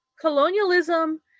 colonialism